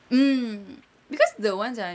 mm cause the ones like